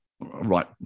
right